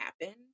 happen